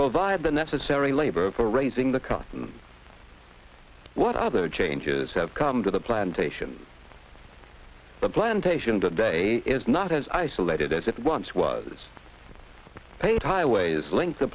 provide the necessary labor for raising the cotton what other changes have come to the plantation the plantation today is not as isolated as it once was paid highways link th